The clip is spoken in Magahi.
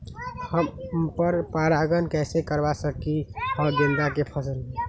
हम पर पारगन कैसे करवा सकली ह गेंदा के फसल में?